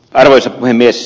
arvoisa puhemies